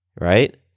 right